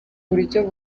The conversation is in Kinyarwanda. buryo